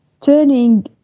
turning